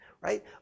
right